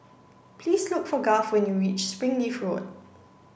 please look for Garth when you reach Springleaf Road